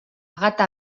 gata